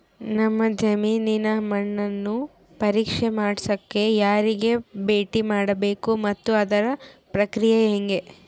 ನಮ್ಮ ಜಮೇನಿನ ಮಣ್ಣನ್ನು ಪರೇಕ್ಷೆ ಮಾಡ್ಸಕ ಯಾರಿಗೆ ಭೇಟಿ ಮಾಡಬೇಕು ಮತ್ತು ಅದರ ಪ್ರಕ್ರಿಯೆ ಹೆಂಗೆ?